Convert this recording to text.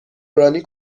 رانی